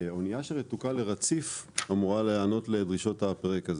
בסעיף 29. אנייה שרתוקה לרציף אמורה להיענות לדרישות פרק זה,